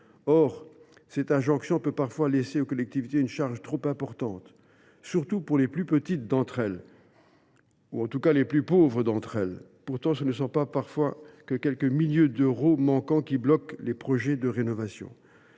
Or cette injonction peut parfois laisser aux collectivités une charge trop lourde, surtout pour les plus petites, ou du moins les plus pauvres d’entre elles. Pourtant, ce ne sont parfois que quelques milliers d’euros manquants qui bloquent les projets de rénovation…